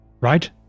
Right